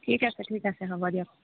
ঠিক আছে ঠিক আছে হ'ব দিয়ক